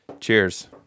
Cheers